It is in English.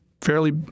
fairly